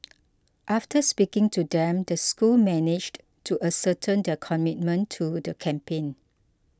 after speaking to them the school managed to ascertain their commitment to the campaign